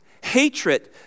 Hatred